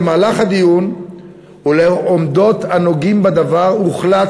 במהלך הדיון ולאור עמדות הנוגעים בדבר הוחלט